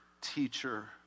teacher